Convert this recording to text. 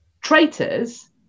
Traitors